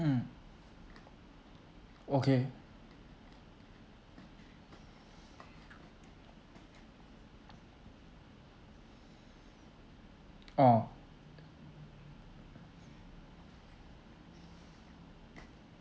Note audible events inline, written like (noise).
mm okay ah (breath)